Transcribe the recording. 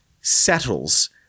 settles